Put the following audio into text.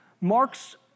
Marx